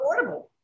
affordable